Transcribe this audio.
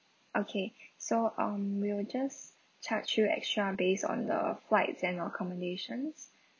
okay so um we'll just charge you extra based on the flights and accommodations